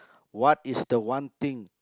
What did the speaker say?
what is the one thing